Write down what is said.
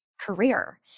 career